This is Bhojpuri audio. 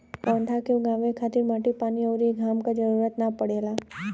पौधा के उगावे खातिर माटी पानी अउरी घाम क जरुरत ना पड़ेला